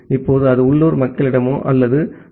இப்போது அது உள்ளூர் மக்களிடமோ அல்லது ஐ